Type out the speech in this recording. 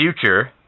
Future